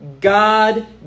God